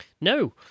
no